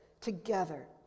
together